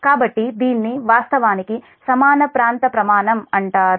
కాబట్టి దీన్ని వాస్తవానికి సమాన ప్రాంత ప్రమాణం అంటారు